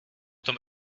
tom